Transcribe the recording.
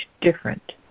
different